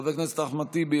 חבר הכנסת אחמד טיבי,